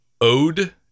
Ode